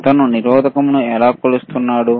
అతను నిరోధకంను ఎలా కొలుస్తున్నాడు